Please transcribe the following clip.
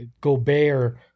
Gobert